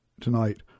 tonight